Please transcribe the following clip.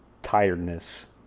tiredness